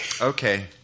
okay